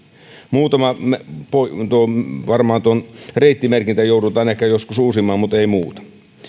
muutama reittimerkintä joudutaan ehkä joskus uusimaan mutta ei muuta